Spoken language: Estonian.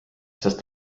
sest